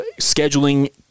scheduling